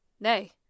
Nay